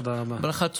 ברכה קטנה,